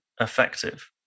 effective